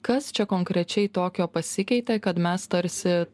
kas čia konkrečiai tokio pasikeitė kad mes tarsi